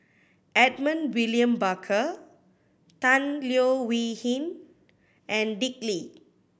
Edmund William Barker Tan Leo Wee Hin and Dick Lee